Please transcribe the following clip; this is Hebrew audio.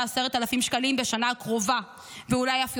10,000 שקלים בשנה הקרובה ואולי אף יותר.